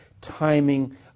timing